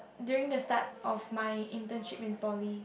during the start of my internship in poly